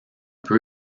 peu